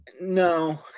no